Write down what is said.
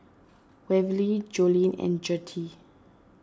Waverly Joline and Gertie